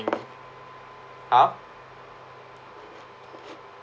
!huh!